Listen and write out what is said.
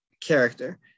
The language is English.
character